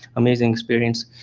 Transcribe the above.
amazing experience.